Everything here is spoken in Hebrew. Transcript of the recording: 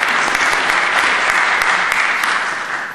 (מחיאות כפיים)